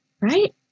Right